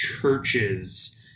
churches